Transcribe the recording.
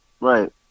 Right